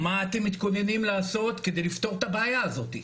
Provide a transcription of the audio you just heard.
מה אתם מתכוננים לעשות כדי לפתור את הבעיה הזאת?